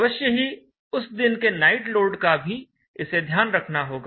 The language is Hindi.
अवश्य ही उस दिन के नाइट लोड का भी इसे ध्यान रखना होगा